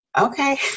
okay